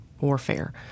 warfare